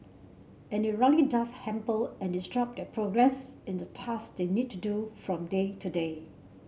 and it really does hamper and disrupt their progress in the task they need to do from day to day